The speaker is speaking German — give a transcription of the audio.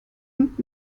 und